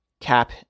cap